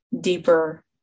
deeper